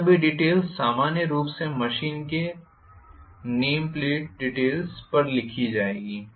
ये सभी डीटेल्स सामान्य रूप से मशीन के नाम प्लेट डीटेल्स पर लिखी जाएंगी